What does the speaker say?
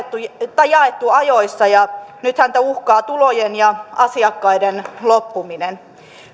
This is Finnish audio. jaettu ajoissa ja nyt häntä uhkaa tulojen ja asiakkaiden loppuminen